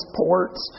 ports